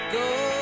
go